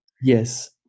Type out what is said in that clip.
Yes